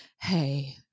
hey